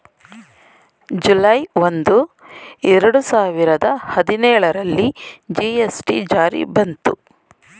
July ಒಂದು, ಎರಡು ಸಾವಿರದ ಹದಿನೇಳರಲ್ಲಿ ಜಿ.ಎಸ್.ಟಿ ಜಾರಿ ಬಂತು